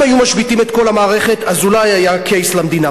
אם היו משביתים את כל המערכת אז אולי היה case למדינה,